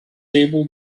able